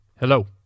Hello